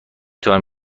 توانم